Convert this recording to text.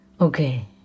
Okay